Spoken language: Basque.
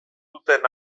duten